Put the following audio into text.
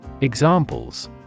Examples